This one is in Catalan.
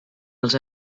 els